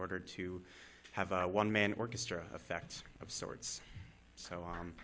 order to have a one man orchestra effects of sorts so